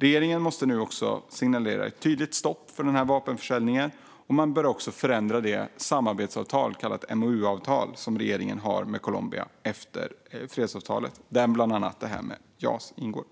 Regeringen måste nu tydligt signalera stopp för denna vapenförsäljning. Man bör också förändra det samarbetsavtal, ett så kallat MOU-avtal, regeringen har med Colombia efter fredsavtalet, där bland annat det här med Jas ingår.